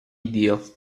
dio